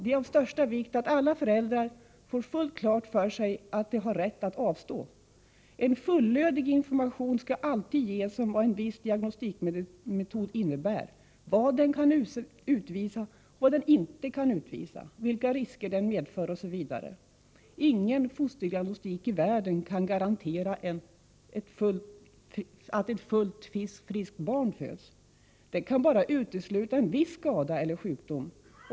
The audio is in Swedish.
Det är av största vikt att alla föräldrar får fullt klart för sig att de har rätt att avstå. En fullödig information skall alltid ges om vad en viss diagnostikmetod innebär, vad den kan utvisa och vad den inte kan utvisa, vilka risker den medför osv. Ingen fosterdiagnostik i världen kan garantera att ett ”fullt friskt” barn föds. Den kan bara utesluta en viss skada eller sjukdom.